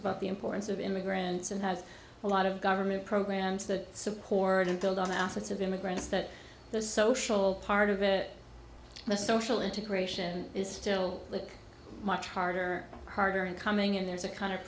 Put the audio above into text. about the importance of immigrants and has a lot of government programs that support and build on the assets of immigrants that the social part of it the social integration is still look much harder harder and coming in there's a kind of